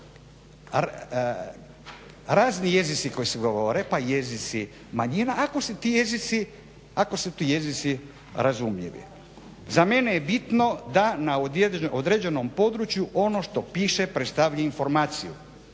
razni jezici koji se govore, pa i jezici manjina ako se ti jezici, ako su ti jezici razumljivi. Za mene je bitno da na određenom području ono što piše predstavlja informaciju.